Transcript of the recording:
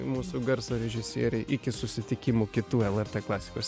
mūsų garso režisierei iki susitikimų kitų lrt klasikos